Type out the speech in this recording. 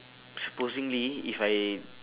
supposingly if I